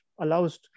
allows